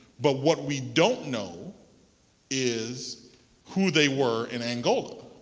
but what we don't know is who they were in angola.